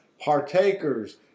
partakers